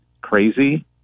crazy